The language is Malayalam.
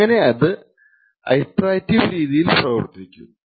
അങ്ങനെ അത് ഇറ്ററേറ്റിവ് രീതിയിൽ പ്രവർത്തിക്കും